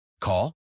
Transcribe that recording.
Call